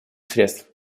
средств